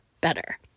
better